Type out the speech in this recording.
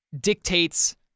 dictates